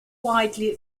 widely